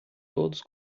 todos